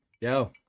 Yo